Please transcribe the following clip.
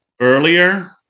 earlier